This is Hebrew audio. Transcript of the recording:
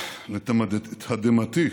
לתדהמתי,